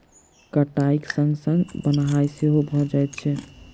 कटाइक संग संग बन्हाइ सेहो भ जाइत छै